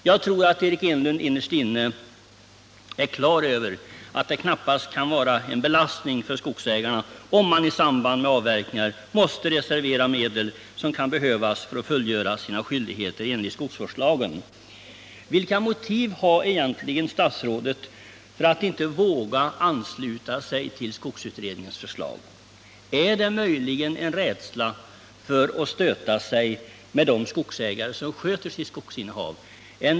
Jag tror att Eric Enlund innerst inne har klart för sig att det knappast kan anses vara en belastning för skogsägarna, om man i samband med avverkningar måste reservera medel, som kan behövas för att fullfölja sina skyldigheter enligt skogsvårdslagen. Vilka motiv har egentligen statsrådet för att inte våga ansluta sig till skogsutredningens förslag? Är det möjligen rädsla för att stöta sig med de skogsägare som sköter sitt skogsinnehav?